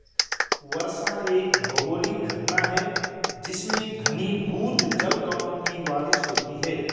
वर्षा एक भौगोलिक घटना है जिसमें घनीभूत जलकणों की बारिश होती है